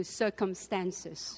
circumstances